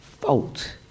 fault